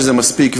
שזה מספיק.